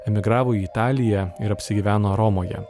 emigravo į italiją ir apsigyveno romoje